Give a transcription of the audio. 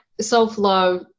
self-love